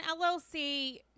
LLC